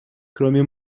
кроме